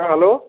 হ্যাঁ হ্যালো